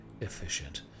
efficient